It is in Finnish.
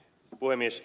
puhemies